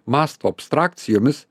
mąsto abstrakcijomis